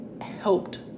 helped